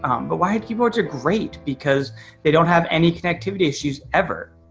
um but wired keyboards are great because they don't have any connectivity issues ever.